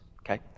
Okay